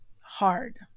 hard